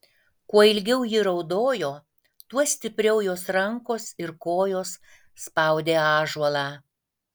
kuo ilgiau ji raudojo tuo stipriau jos rankos ir kojos spaudė ąžuolą